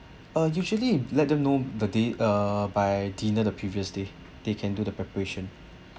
uh usually let them know the day uh by dinner the previous day they can do the preparation